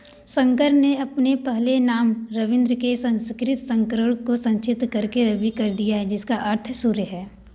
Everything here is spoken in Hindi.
शंकर ने अपने पहले नाम रवींद्र के संस्कृत संस्करण को संक्षिप्त करके रवि कर दिया जिसका अर्थ सूर्य है